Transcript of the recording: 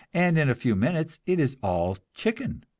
and in a few minutes it is all chicken.